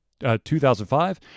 2005